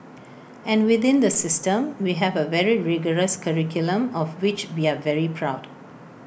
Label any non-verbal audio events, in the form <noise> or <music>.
<noise> and within the system we have A very rigorous curriculum of which we are very proud